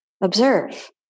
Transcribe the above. observe